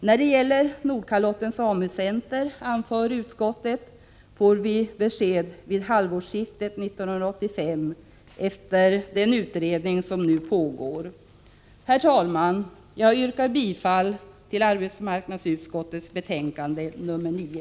När det gäller Nordkalottens AMU-center, anför utskottet, får vi besked vid halvårsskiftet 1985, efter dess utredning som nu pågår. Herr talman! Jag yrkar bifall till arbetsmarknadsutskottets hemställan i betänkande nr 9.